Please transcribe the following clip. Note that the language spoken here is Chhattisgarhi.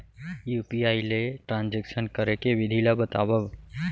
यू.पी.आई ले ट्रांजेक्शन करे के विधि ला बतावव?